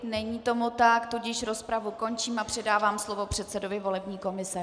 Není tomu tak, tudíž rozpravu končím a předávám slovo předsedovi volební komise.